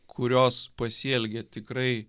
kurios pasielgė tikrai